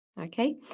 Okay